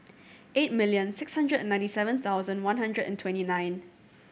eight million six hundred and ninety seven thousand one hundred and twenty nine